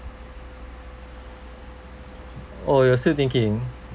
oh you're still thinking